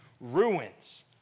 ruins